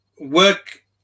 work